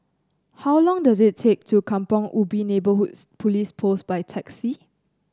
how long does it take to Kampong Ubi Neighbourhood Police Post by taxi